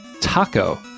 Taco